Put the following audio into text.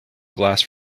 glass